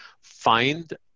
find